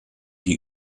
die